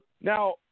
now